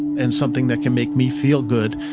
and something that can make me feel good,